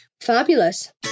fabulous